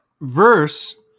verse